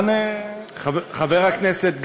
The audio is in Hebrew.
חבר הכנסת גפני,